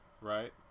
Right